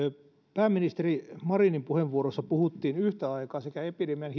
pääministeri marinin puheenvuorossa puhuttiin yhtä aikaa sekä epidemian